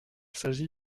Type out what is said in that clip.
s’agit